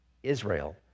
Israel